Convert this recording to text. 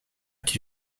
qui